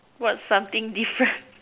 what something different